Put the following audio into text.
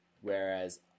Whereas